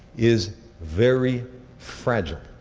is very fragile.